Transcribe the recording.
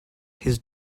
his